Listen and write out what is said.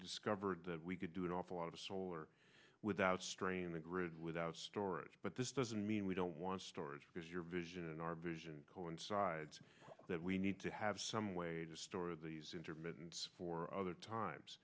discovered that we could do an awful lot of solar without straining the grid without storage but this doesn't mean we don't want storage because your vision or vision coincides that we need to have some way to store these intermittent for other times